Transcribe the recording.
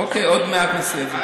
אוקיי, עוד מעט נעשה את זה.